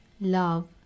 love